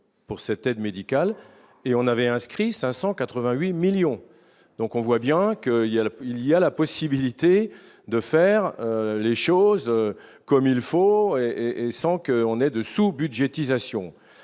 pour cette aide médicale et on avait inscrit 588 millions donc on voit bien qu'il y a là il y a la possibilité de faire les choses comme il faut et et sans qu'on ait de sous-budgétisation